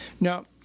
Now